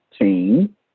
team